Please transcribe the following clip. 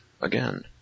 again